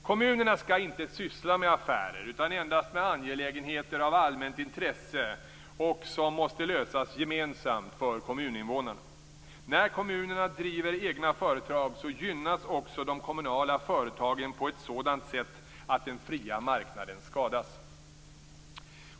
Kommunerna skall inte syssla med affärer utan endast med angelägenheter av allmänt intresse som måste lösas gemensamt för kommuninvånarna. När kommunerna driver egna företag gynnas också de kommunala företagen på ett sådant sätt att den fria marknaden skadas.